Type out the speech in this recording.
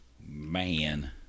man